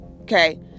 okay